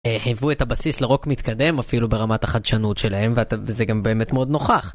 היוו את הבסיס לרוק מתקדם אפילו ברמת החדשנות שלהם, וזה גם באמת מאוד נוכח.